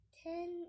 ten